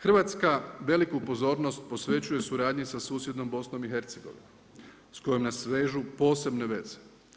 Hrvatska veliku pozornost posvećuje suradnji sa susjednom BIH s kojom nas vežu posebne veze.